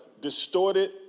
distorted